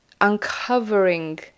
uncovering